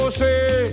say